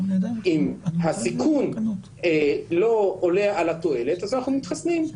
אם הסיכון לא עולה על התועלת אז אנחנו מתחסנים.